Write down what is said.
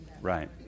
Right